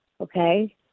Okay